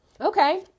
Okay